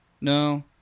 No